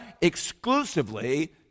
exclusively